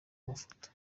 mafoto